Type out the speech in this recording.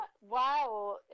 Wow